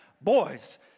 boys